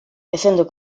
essendo